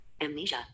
amnesia